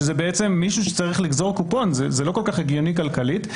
שזה מישהו שצריך "לגזור קופון" כי זה לא כל-כך הגיוני כלכלית,